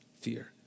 fear